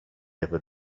ever